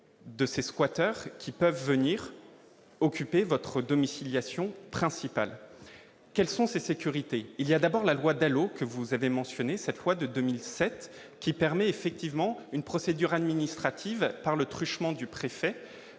de ces squatters qui peuvent venir occuper votre domiciliation principal quelles sont ces sécurités il y a d'abord la loi Dalo que vous avez mentionné cette fois de 2007, qui permet effectivement une procédure administrative, par le truchement du préfet,